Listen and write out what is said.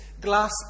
glass